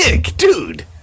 dude